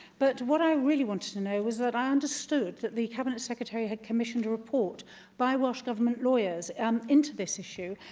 but what i really wanted to know was that i understood that the cabinet secretary had commissioned a report by welsh government lawyers um into this issue,